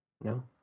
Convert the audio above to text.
No